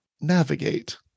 navigate